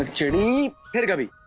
like genie